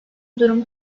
durum